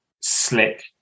slick